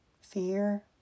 Fear